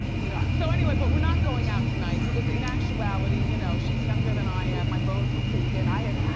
you know so anyway, but we're not going out tonight because in actuality, you know, she's younger than i am, my bones were creaking. you